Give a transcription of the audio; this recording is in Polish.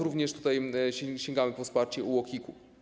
Również tutaj sięgamy po wsparcie UOKiK-u.